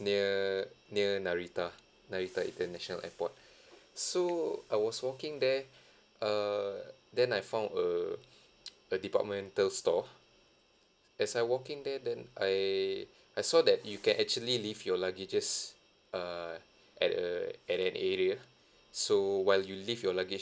near near narita narita international airport so I was walking there err then I found a a departmental store as I walk in there then I I saw that you can actually leave your luggages err at a at an area so while you leave your luggage